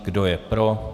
Kdo je pro?